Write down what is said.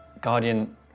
guardian